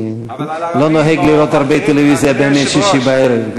כי אני לא נוהג לראות הרבה טלוויזיה בימי שישי בערב.